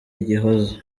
igihozo